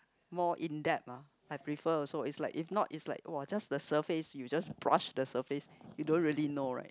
more in depth ah I prefer also it's like if not it's like just the surface you just brush the surface you don't really know right